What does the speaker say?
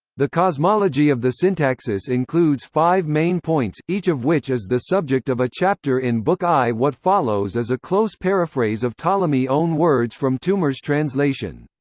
the cosmology of the syntaxis includes five main points, each of which is the subject of a chapter in book i. what follows is a close paraphrase of ptolemy's own words from toomer's translation.